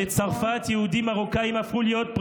בצרפת יהודים מרוקאים הפכו להיות,